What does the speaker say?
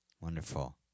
Wonderful